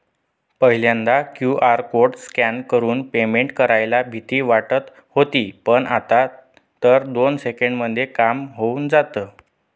पहिल्यांदा QR code scan करून payment करायला भीती वाटत होती पण, आता तर दोन सेकंदांमध्ये काम होऊन जातं